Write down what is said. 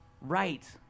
Right